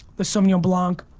the sauvignon blanc,